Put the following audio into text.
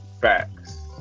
Facts